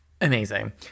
amazing